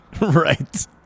Right